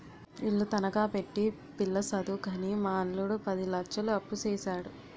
ఇల్లు తనఖా పెట్టి పిల్ల సదువుకని మా అల్లుడు పది లచ్చలు అప్పుసేసాడు